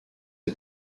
est